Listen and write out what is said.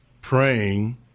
praying